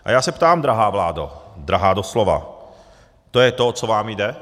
A já se ptám, drahá vládo, drahá doslova, to je to, o co vám jde?